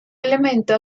elemento